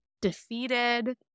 defeated